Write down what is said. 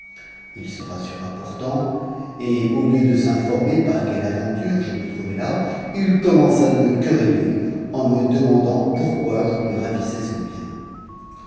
il m'aperçut i assma pourtant et au lieu de s'informer par quelle aventure je me trouvais là il commença de me quereller en me demandant pourquoi je hissais son bien